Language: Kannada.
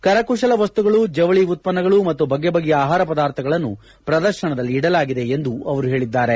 ಕರಕುಶಲ ವಸ್ತುಗಳು ಜವಳಿ ಉತ್ಪನ್ನಗಳು ಮತ್ತು ಬಗೆಬಗೆಯ ಆಹಾರ ಪದಾರ್ಥಗಳನ್ನು ಪ್ರದರ್ಶನದಲ್ಲಿ ಇಡಲಾಗಿದೆ ಎಂದು ಅವರು ಹೇಳಿದ್ದಾರೆ